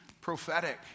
prophetic